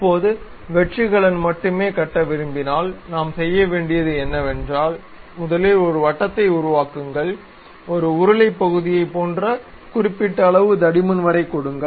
இப்போது வெற்று கலன் மட்டுமே கட்ட விரும்பினால் நாம் செய்ய வேண்டியது என்னவென்றால் முதலில் ஒரு வட்டத்தை உருவாக்குங்கள் ஒரு உருளை பகுதியைப் போன்ற குறிப்பிட்ட அளவு தடிமன் வரை கொடுங்கள்